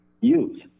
use